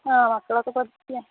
ആ മക്കളൊക്കെ